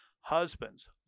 Husbands